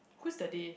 who's the they